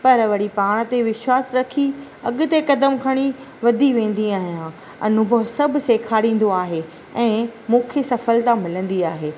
पर वरी पाण ते विश्वासु रखी अॻिते कदम खणी वधी वेंदी आहियां अनुभव सभु सेखारींदो आहे ऐं मूंखे सफलता मिलंदी आहे